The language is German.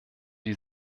die